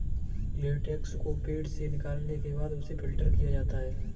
latex को पेड़ से निकालने के बाद उसे फ़िल्टर किया जाता है